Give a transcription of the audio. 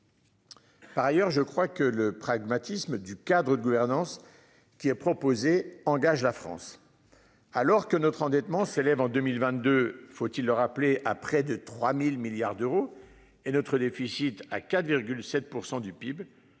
Par ailleurs, je crois que le pragmatisme du Cadre de gouvernance qui est proposé engage la France. Alors que notre endettement s'élève en 2022. Faut-il le rappeler, à près de 3000 milliards d'euros et notre déficit à 4,7% du PIB,